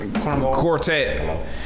Quartet